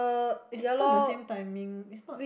it's not the same timing it's not